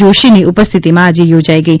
જોષીની ઉપસ્થિતિમાં આજે યોજાઈ ગઈ